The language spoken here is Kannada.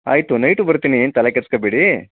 ಆಯ್ತು ನೈಟು ಬರ್ತೀನಿ ಏನು ತಲೆ ಕೆಡ್ಸ್ಕೊಬೇಡಿ